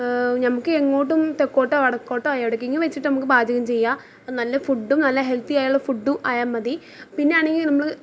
നമുക്ക് എങ്ങോട്ടും തെക്കോട്ടോ വടക്കോട്ടോ എവിടേക്കെങ്കിലും വച്ചിട്ട് നമുക്ക് പാചകം ചെയ്യാനല്ല ഫുഡും നല്ല ഹെൽത്തി ആയുള്ള ഫുഡും ആയാൽ മതി പിന്നെ ആണെങ്കിൽ നമ്മൾ